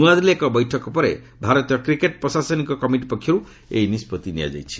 ନୂଆଦିଲ୍ଲୀରେ ଏକ ବୈଠକ ପରେ ଭାରତୀୟ କ୍ରିକେଟ୍ ପ୍ରଶାସନିକ କମିଟି ପକ୍ଷର୍ ଏହି ନିଷ୍ପଭି ନିଆଯାଇଛି